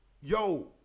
Yo